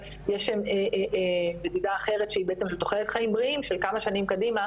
אבל יש מדידה אחרת שהיא בעצם תוחלת חיים בריאים של כמה שנים קדימה